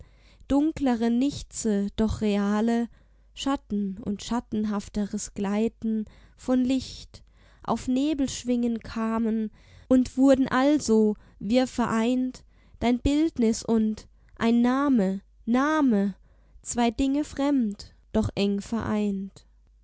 dunklere nichtse doch reale schatten und schattenhafteres gleiten von licht auf nebelschwingen kamen und wurden also wirr vereint dein bildnis und ein name name zwei dinge fremd doch eng vereint